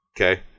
Okay